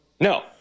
No